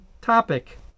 topic